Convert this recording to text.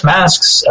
Masks